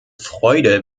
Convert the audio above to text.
freude